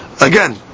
Again